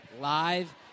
live